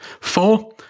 Four